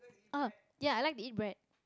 oh ya I like to eat bread